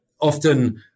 often